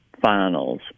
Finals